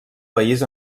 país